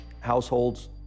households